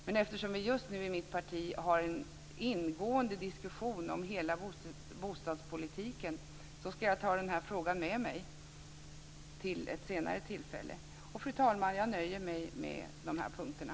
Men eftersom vi just nu i mitt parti har en ingående diskussion om hela bostadspolitiken ska jag ta den här frågan med mig till ett senare tillfälle. Fru talman! Jag nöjer mig med de här punkterna.